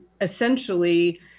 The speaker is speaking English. essentially